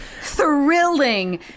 thrilling